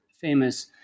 famous